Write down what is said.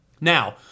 Now